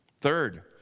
Third